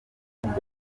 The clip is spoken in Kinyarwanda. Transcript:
amata